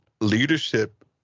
Leadership